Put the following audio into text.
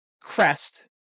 crest